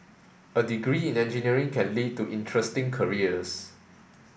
a degree in engineering can lead to interesting careers